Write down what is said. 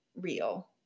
real